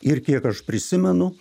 ir kiek aš prisimenu